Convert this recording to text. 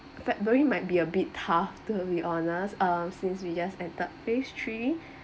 february might be a bit tough to be honest um since we just entered phase three